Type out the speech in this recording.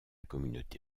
communauté